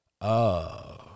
Oh